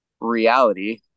reality